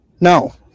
No